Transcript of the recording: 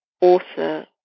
author